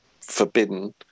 forbidden